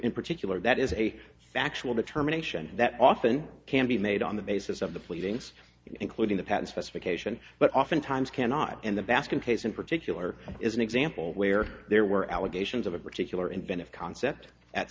in particular that is a factual determination that often can be made on the basis of the pleadings including the patent specification but oftentimes cannot and the basket case in particular is an example where there were allegations of a particular invented concept at